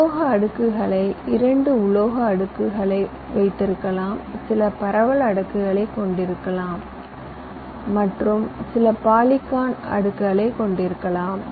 உலோக அடுக்குகளை இரண்டு உலோக அடுக்குகளை வைத்திருக்கலாம் சில பரவல் அடுக்குகளைக் கொண்டிருக்கலாம் மற்றும் சில பாலிசிலிகான் அடுக்குகளைக் கொண்டிருக்கலாம்